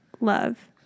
love